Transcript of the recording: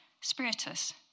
spiritus